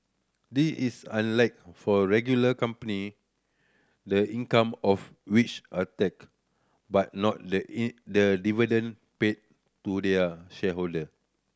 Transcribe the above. this is unlike for regular company the income of which are tax but not the in the dividend paid to their shareholder